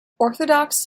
orthodox